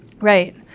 Right